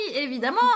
évidemment